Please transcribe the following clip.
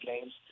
games